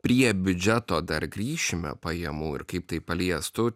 prie biudžeto dar grįšime pajamų ir kaip tai paliestų